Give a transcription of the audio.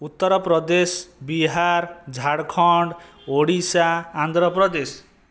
Uttar Pradesh Bihar Jharkhand Odisha Andhra Pradesh